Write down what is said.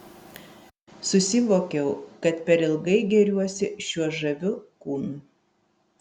susivokiau kad per ilgai gėriuosi šiuo žaviu kūnu